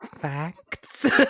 facts